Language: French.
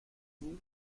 vous